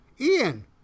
Ian